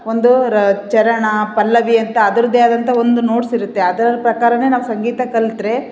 ಒಂದೂ ರ ಚರಣ ಪಲ್ಲವಿ ಅಂತ ಅದ್ರದ್ದೇ ಆದಂಥ ಒಂದು ನೋಟ್ಸ್ ಇರುತ್ತೆ ಅದ್ರಲ್ಲಿ ಪ್ರಕಾರನೇ ನಾವು ಸಂಗೀತ ಕಲಿತ್ರೇ